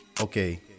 okay